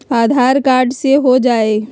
आधार card से हो जाइ?